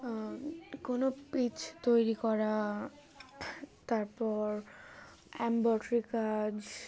কোনো পিস তৈরি করা তারপর এমব্রয়ডারি কাজ